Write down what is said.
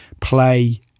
play